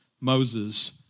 Moses